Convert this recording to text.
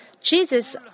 Jesus